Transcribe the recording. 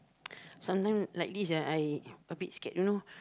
sometimes like this ah I a bit scared you know